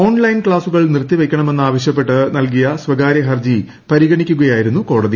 online ക്സാസുകൾ നിർത്തി വയ്ക്കണമെന്നാവശ്യപ്പെട്ട് നൽകിയ സ്വകാര്യ ഹർജി പരിഗണിക്കുകയായിരുന്നു കോടതി